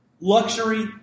Luxury